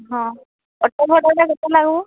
ହଁ ଅଟୋ ଭଡ଼ାଟା କେତେ ଲାଗିବ